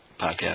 podcast